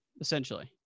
essentially